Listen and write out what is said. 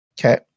Okay